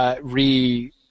re